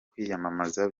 kwiyamamaza